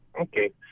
Okay